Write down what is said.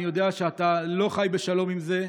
אני יודע שאתה לא חי בשלום עם זה,